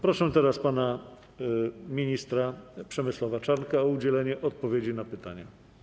Proszę teraz pana ministra Przemysława Czarnka o udzielenie odpowiedzi na pytania.